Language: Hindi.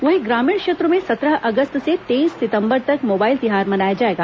वहीं ग्रामीण क्षेत्रों में सत्रह अगस्त से तेईस सितम्बर तक मोबाइल तिहार मनाया जाएगा